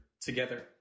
together